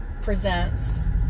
presents